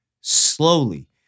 Slowly